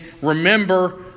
remember